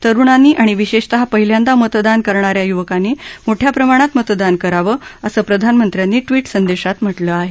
तरुणांनी आणि विशेषतः पहिल्यांदा मतदान करणा या युवकांनी मोठ्या प्रमाणात मतदान करावं असं प्रधानमंत्र्यांनी ट्विट संदेशात म्हटलं आहे